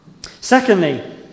Secondly